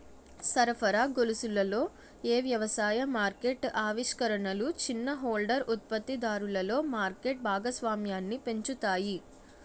సరఫరా గొలుసులలో ఏ వ్యవసాయ మార్కెట్ ఆవిష్కరణలు చిన్న హోల్డర్ ఉత్పత్తిదారులలో మార్కెట్ భాగస్వామ్యాన్ని పెంచుతాయి?